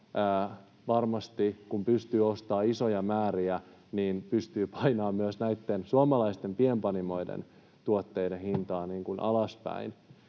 varmasti, kun pystyy ostamaan isoja määriä, pystyy painamaan näitten suomalaisten pienpanimoiden tuotteiden hintaa alaspäin.